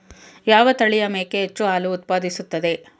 ಯಾವ ತಳಿಯ ಮೇಕೆ ಹೆಚ್ಚು ಹಾಲು ಉತ್ಪಾದಿಸುತ್ತದೆ?